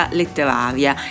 letteraria